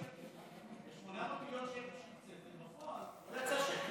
800 מיליון שקל מוקצה, בפועל שקל לא יצא.